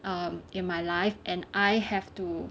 um in my life and I have to